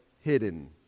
hidden